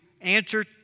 answer